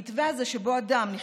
המתווה הזה שבו אדם,